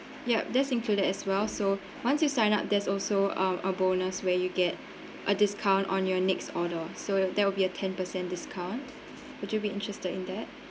ya that's included as well so once you sign up there's also um a bonus where you get a discount on your next order so there'll be a ten percent discount would you be interested in that